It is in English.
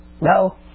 No